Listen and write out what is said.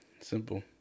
Simple